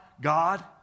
God